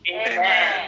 Amen